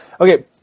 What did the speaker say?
Okay